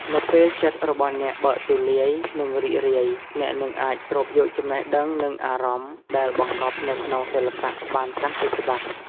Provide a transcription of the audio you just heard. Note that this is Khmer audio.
នៅពេលចិត្តរបស់អ្នកបើកទូលាយ និងរីករាយ អ្នកនឹងអាចស្រូបយកចំណេះដឹង និងអារម្មណ៍ដែលបង្កប់នៅក្នុងសិល្បៈបានកាន់តែច្បាស់។